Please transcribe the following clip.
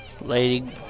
Lady